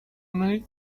name